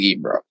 bro